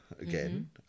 again